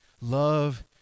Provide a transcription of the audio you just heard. love